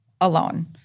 alone